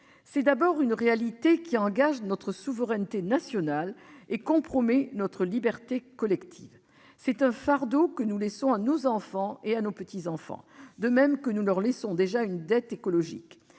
C'est d'abord une réalité qui pèse sur notre souveraineté nationale et compromet notre liberté collective. C'est un fardeau que nous laissons à nos enfants et à nos petits-enfants, alors que nous leur laissons déjà une dette écologique.